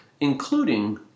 including